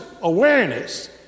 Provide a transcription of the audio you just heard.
awareness